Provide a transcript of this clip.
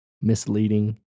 misleading